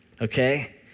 okay